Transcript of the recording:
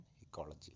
ecology